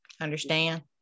understand